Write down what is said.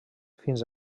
fins